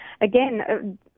again